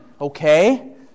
okay